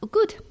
Good